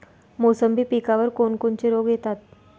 मोसंबी पिकावर कोन कोनचे रोग येतात?